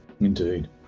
indeed